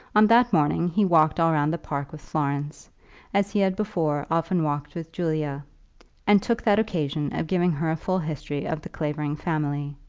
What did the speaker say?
on that morning he walked all round the park with florence as he had before often walked with julia and took that occasion of giving her a full history of the clavering family.